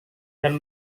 dan